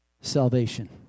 salvation